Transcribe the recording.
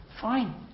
Fine